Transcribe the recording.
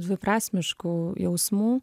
dviprasmiškų jausmų